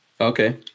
okay